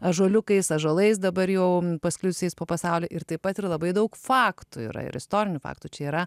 ąžuoliukais ąžuolais dabar jau pasklidusiais po pasaulį ir taip pat yra labai daug faktų yra ir istorinių faktų čia yra